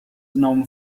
known